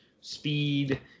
speed